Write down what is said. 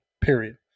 Period